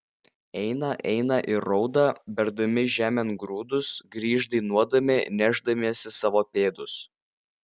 eina eina ir rauda berdami žemėn grūdus grįš dainuodami nešdamiesi savo pėdus